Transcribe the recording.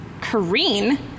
Kareen